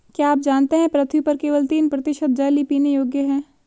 क्या आप जानते है पृथ्वी पर केवल तीन प्रतिशत जल ही पीने योग्य है?